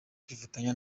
kwifatanya